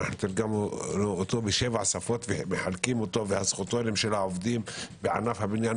תרגמנו אותו לשבע שפות ומחלקים אותו והזכותונים של העובדים בענף הבניין,